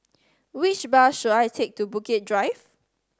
which bus should I take to Bukit Drive